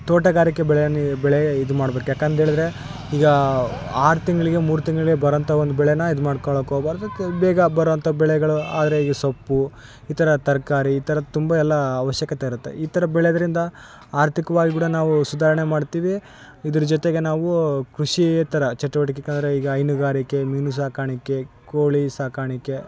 ತೋಟಗಾರಿಕೆ ಬೆಳೆಯನ್ನು ಬೆಳೆ ಇದು ಮಾಡ್ಬೇಕು ಯಾಕಂತೇಳಿದ್ರೆ ಈಗ ಆರು ತಿಂಗ್ಳಿಗೆ ಮೂರು ತಿಂಗ್ಳಿಗೆ ಬರೋಂಥ ಒಂದು ಬೆಳೇ ಇದು ಮಾಡ್ಕೋಳೋಕೆ ಹೋಗ್ಬಾರ್ದು ತೆ ಬೇಗ ಬರೊಂಥ ಬೆಳೆಗಳು ಆರೆ ಈ ಸೊಪ್ಪು ಈ ಥರ ತರಕಾರಿ ಈ ಥರ ತುಂಬ ಎಲ್ಲ ಅವಶ್ಯಕತೆ ಇರುತ್ತೆ ಈತರ ಬೆಳೆಯೋದ್ರಿಂದ ಆರ್ಥಿಕವಾಗ್ ಕೂಡ ನಾವು ಸುಧಾರ್ಣೆ ಮಾಡ್ತೀವಿ ಇದ್ರ ಜೊತೆಗೆ ನಾವು ಕೃಷಿಯೇತರ ಚಟುವಟಿಕೆ ಕಾರ್ಯ ಈಗ ಹೈನುಗಾರಿಕೆ ಮೀನುಸಾಕಾಣಿಕೆ ಕೋಳಿಸಾಕಾಣಿಕೆ